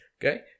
Okay